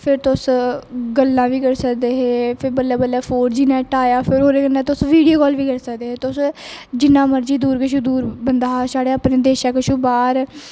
फिर तुस गल्ला बी सकदे है फिर बल्ले बल्ले फौर जी नेट आया फिर ओहदे कन्ने तुस बिडियो काॅल बी करी सकदे है तुस जिन्ना मर्जी दूर कशा दूर बंदा हा परिंदा कशा बाहर